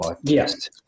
Yes